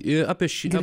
ir apie šį o